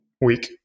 week